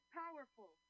powerful